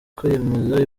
kwiyamamaza